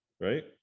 right